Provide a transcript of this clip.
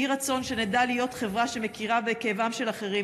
יהי רצון שנדע להיות חברה שמכירה בכאבם של אחרים,